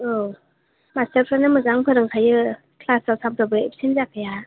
औ मासथारफ्रानो मोजां फोरोंखायो ख्लासाव सानफ्रामबो एबसेन जाखाया